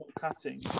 cutting